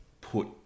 put